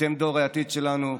אתם דור העתיד שלנו,